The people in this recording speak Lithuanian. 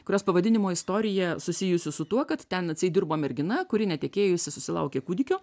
kurios pavadinimo istorija susijusi su tuo kad ten atseit dirbo mergina kuri netekėjusi susilaukė kūdikio